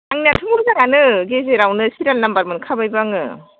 आंनियाथ' मोजाङानो गेजेरावनो सिरियाल नाम्बार मोनखाबायबो आङो